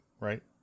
right